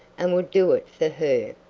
and would do it for her.